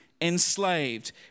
enslaved